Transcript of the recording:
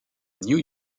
new